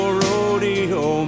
rodeo